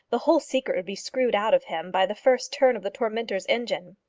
the whole secret would be screwed out of him by the first turn of the tormentor's engine.